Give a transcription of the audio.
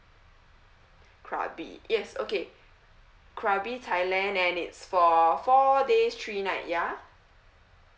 krabi yes okay krabi thailand and it's for four days three night ya